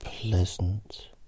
Pleasant